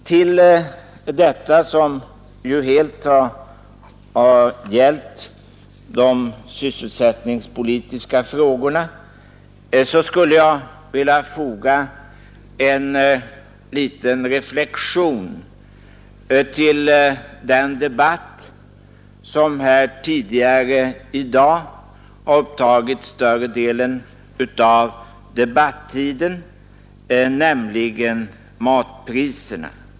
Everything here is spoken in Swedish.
Till detta, som ju helt har gällt de sysselsättningspolitiska frågorna, skulle jag vilja foga en liten reflexion om det ämne som här tidigare i dag har upptagit större delen av debatten, nämligen matpriserna.